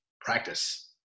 practice